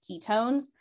ketones